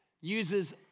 uses